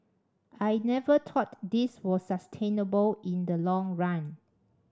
I never thought this was sustainable in the long run